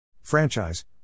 Franchise